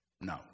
No